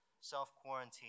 self-quarantine